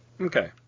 Okay